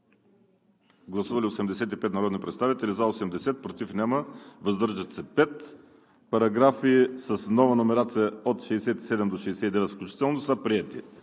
Гласували 85 народни представители: за 80, против няма, въздържали се 5. Параграфи с нова номерация от 67 до 69 включително са приети.